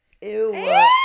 Ew